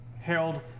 Harold